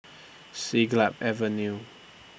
Siglap Avenue